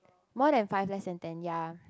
more than five less than ten ya